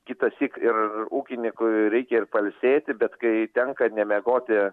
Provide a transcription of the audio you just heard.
kitąsyk ir ūkinykui reikia ir pailsėti bet kai tenka nemegoti